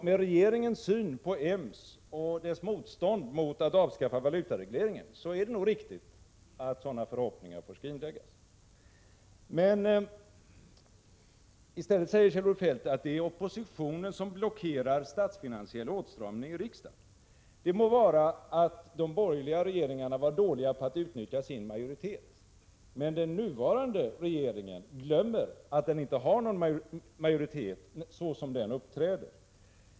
Med regeringens syn på EMS och dess motstånd mot att avskaffa valutaregleringen är det nog riktigt att sådana förhoppningar får skrinläggas. Kjell-Olof Feldt säger i stället att det är oppositionen som blockerar statsfinansiell åtstramning i riksdagen. Det må vara att de borgerliga regeringarna var dåliga på att utnyttja sin majoritet, men den nuvarande regeringen glömmer, såsom den nu uppträder, att den inte har någon majoritet.